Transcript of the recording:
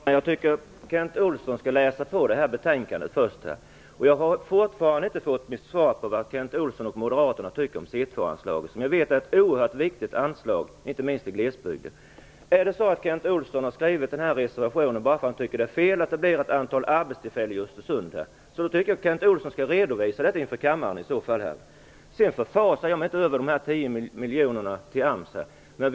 Fru talman! Jag tycker att Kent Olsson skall läsa på i betänkandet. Jag har fortfarande inte fått något svar på vad Kent Olsson och moderaterna tycker om C 2-anslaget, som jag vet är ett oerhört viktigt anslag, inte minst i glesbygden. Har Kent Olsson skrivit den här reservationen därför att han tycker att det är fel att det blir ett antal arbetstillfällen i Östersund, tycker jag att Kent Olsson skall redovisa detta inför kammaren. Jag förfasar mig inte över de 10 miljonerna till AMS.